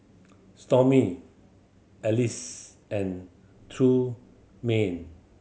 Stormy Alease and Trumaine